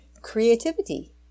creativity